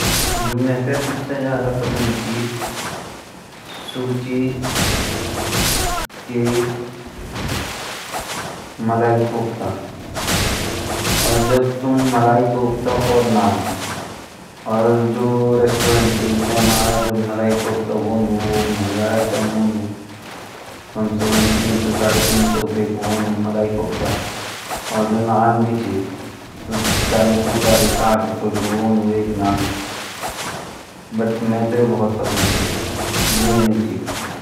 जू मेते सबसे ज़दा पसंद छ सू छी मलाई कोफ्ता और नान रेस्ट्रोरेंट म मलाई कोफ्ता एक महँगा आइटम होंदू कम से कम तीन सौ - तीन सौ पचास रुपए का होंदू और जू नान छ सू भी चालीस- पचास रुपए का होंदू